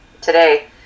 today